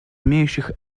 имеющих